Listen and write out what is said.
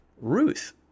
Ruth